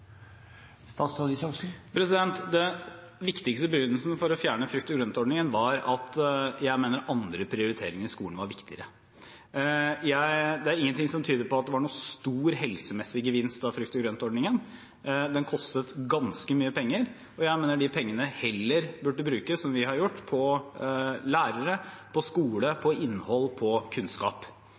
viktigste begrunnelsen for å fjerne frukt- og grøntordningen var at jeg mente at andre prioriteringer i skolen var viktigere. Det er ingenting som tyder på at det var en stor helsemessig gevinst av frukt- og grøntordningen. Den kostet ganske mye penger, og jeg mener at de pengene heller burde brukes – som vi har gjort – på lærere, skole, innhold og kunnskap.